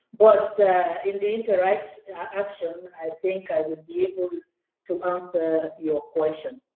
but in the and right action, i think i will be able to to answer your questions.